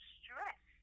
stress